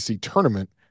tournament